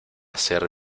ser